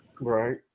Right